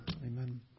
Amen